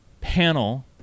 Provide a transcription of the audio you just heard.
panel